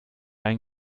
einen